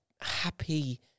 happy